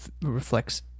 reflects